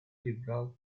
liberal